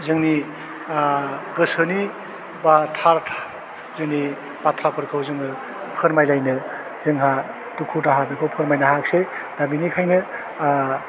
जोंनि आह गोसोनि बा थार्ट जोंनि बाथ्राफोरखौ जोङो फोरमायलाइनो जोंहा दुखु दाहा बेखौ फोरमायनो हायाखसै दा बेनिखायनो आह